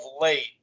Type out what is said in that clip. late